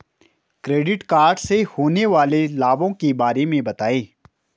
Credit card से होने वाले लाभों के बारे में बताएं?